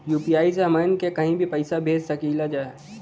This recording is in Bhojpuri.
यू.पी.आई से हमहन के कहीं भी पैसा भेज सकीला जा?